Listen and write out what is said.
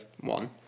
One